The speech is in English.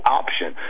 option